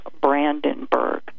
Brandenburg